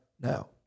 Now